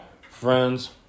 friends